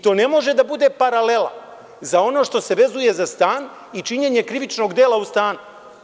To ne može da bude paralela za ono što se vezuje za stan i činjenje krivičnog dela u stanu.